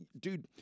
dude